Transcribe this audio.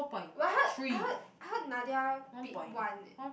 but I heard I heard I heard Nadia bid one eh